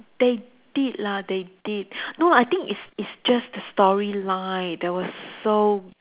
they did lah they did no I think it's it's just the storyline that was so